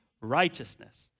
righteousness